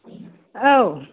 औ